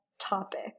topic